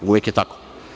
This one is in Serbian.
Uvek je tako.